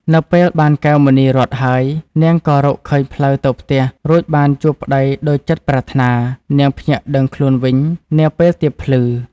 នៅពេលបានកែវមណីរត្នហើយ នាងក៏ រកឃើញផ្លូវទៅផ្ទះ រួចបានជួបប្តីដូចចិត្តប្រាថ្នា នាងភ្ញាក់ដឹងខ្លួនវិញ នាពេលទៀបភ្លឺ ។